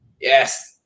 yes